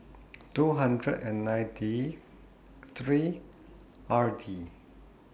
two hundred and ninety three R D